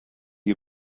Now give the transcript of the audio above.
you